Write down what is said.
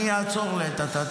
אני אעצור לעת עתה.